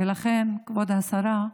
ולכן, כבוד השרה,